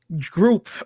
group